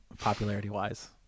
popularity-wise